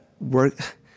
work